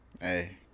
Hey